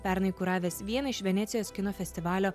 pernai kuravęs vieną iš venecijos kino festivalio